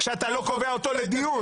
שאתה לא קובע אותו לדיון.